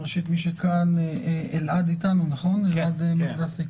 ראשית אלעד מקדסי